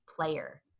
player